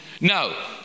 No